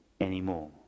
anymore